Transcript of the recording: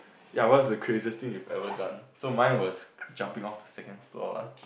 yea what was the craziest thing you have ever done so mine was jumping off the second floor lah